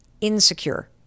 insecure